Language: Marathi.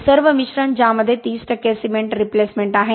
हे सर्व मिश्रण ज्यामध्ये 30 टक्के सिमेंट रिप्लेसमेंट आहे